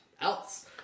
else